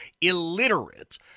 illiterate